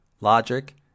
logic